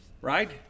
right